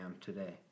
today